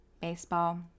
baseball